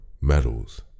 medals